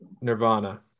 Nirvana